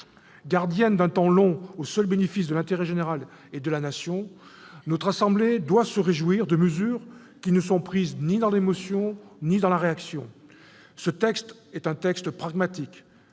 Gardienne d'un temps long au seul bénéfice de l'intérêt général et de la Nation, notre assemblée doit se réjouir de mesures qui ne sont prises ni dans l'émotion ni dans la réaction. Ce texte est un texte pragmatique,